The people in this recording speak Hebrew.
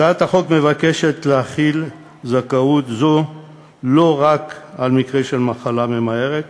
הצעת החוק מבקשת להחיל זכאות זו לא רק על מקרה של מחלה ממארת